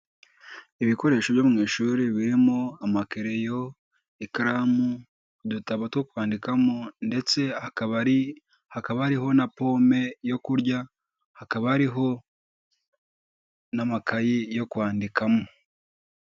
ibikoresho byo mu ishuri, birimo amakereyo, ikaramu udutabo two kwandikamo ndetse hakaba ari na pome yo kurya, hakaba hariho n'amakayi yo kwandikamo.